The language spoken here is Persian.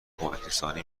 کمکرسانی